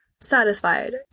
satisfied